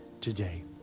today